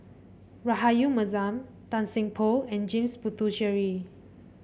Rahayu Mahzam Tan Seng Poh and James Puthucheary